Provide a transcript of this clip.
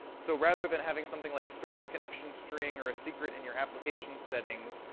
so rather than having something like a storage connection string or ah secret in your application settings,